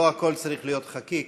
לא הכול צריך להיות חקיק.